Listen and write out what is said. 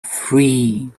three